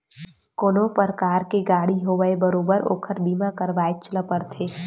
कोनो परकार के गाड़ी होवय बरोबर ओखर बीमा करवायच ल परथे